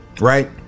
right